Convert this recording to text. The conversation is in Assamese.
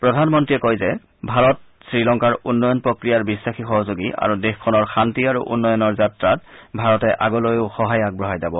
প্ৰধানমন্ত্ৰীয়ে কয় যে ভাৰত শ্ৰীলংকাৰ উন্নয়ন প্ৰক্ৰিয়াৰ বিশ্বাসী সহযোগী আৰু দেশখনৰ শান্তি আৰু উন্নয়নৰ যাত্ৰাত ই আগলৈও সহায় আগবঢ়াই যাব